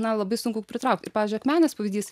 na labai sunku pritraukti ir pavyzdžiui akmenės pavyzdys